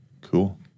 Cool